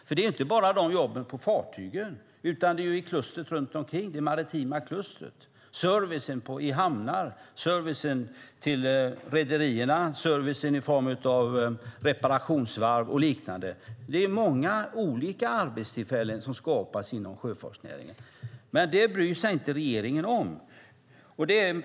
Det gäller inte bara jobb på fartygen utan också jobb runt omkring, i det maritima klustret, såsom service i hamnar, service till rederier, service i form av reparationsvarv och liknande. Det är många olika arbetstillfällen som skapas inom sjöfartsnäringen. Men regeringen bryr sig inte om det.